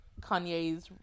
Kanye's